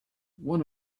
one